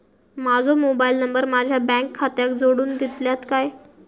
माजो mobile number माझ्या bank खात्याक जोडून दितल्यात काय?